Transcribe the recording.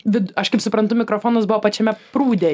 vid aš kaip suprantu mikrofonas buvo pačiame prūde